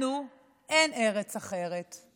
לנו אין ארץ אחרת.